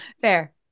Fair